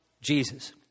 Jesus